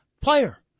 player